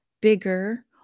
bigger